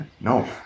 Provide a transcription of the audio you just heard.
No